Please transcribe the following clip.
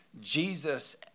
Jesus